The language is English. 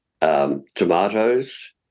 tomatoes